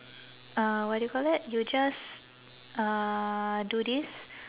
uh what you call that you just uh do this